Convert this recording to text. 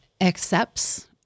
accepts